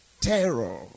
terror